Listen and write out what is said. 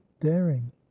daring